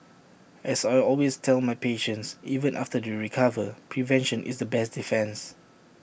as I always tell my patients even after they recover prevention is the best defence